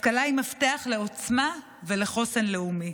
השכלה היא מפתח לעוצמה ולחוסן לאומי.